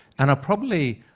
and are probably,